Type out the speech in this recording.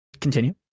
Continue